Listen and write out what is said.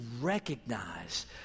recognize